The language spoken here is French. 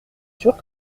sûr